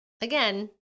again